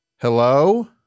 Hello